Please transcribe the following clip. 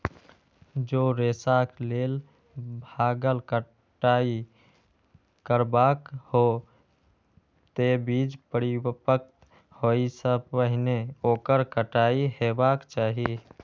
जौं रेशाक लेल भांगक कटाइ करबाक हो, ते बीज परिपक्व होइ सं पहिने ओकर कटाइ हेबाक चाही